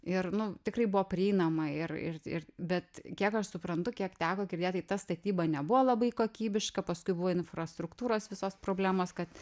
ir nu tikrai buvo prieinama ir ir ir bet kiek aš suprantu kiek teko girdėt tai ta statyba nebuvo labai kokybiška paskui buvo infrastruktūros visos problemos kad